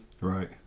Right